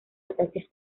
ataques